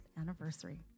anniversary